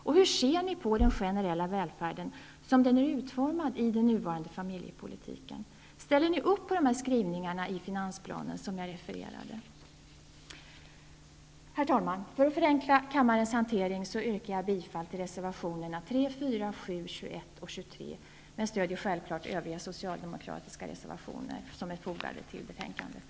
Och hur ser ni på den generella välfärden som den är utformad i den nuvarande familjepolitiken? Ställer ni upp på de skrivningar i finansplanen som jag refererat? Herr talman! För att förenkla kammarens hantering yrkar jag bifall till reservationerna 3, 4, 7, 21 och 23. Men självfallet stödjer jag de övriga socialdemokratiska reservationer som är fogade till betänkandet.